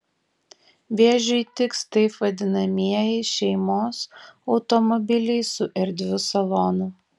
vėžiui tiks taip vadinamieji šeimos automobiliai su erdviu salonu